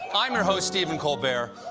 i'm your shows stephen colbert.